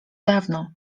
dawno